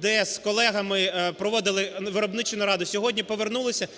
де з колегами проводили виробничу нараду, сьогодні повернулися.